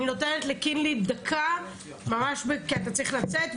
אני נותנת לחבר הכנסת משה טור פז דקה כי הוא צריך לצאת.